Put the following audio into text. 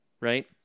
Right